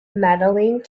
medaling